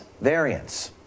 variants